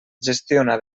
gestiona